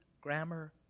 grammar